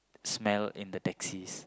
smell in the taxis